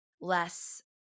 less